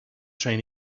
train